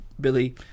Billy